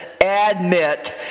admit